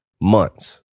months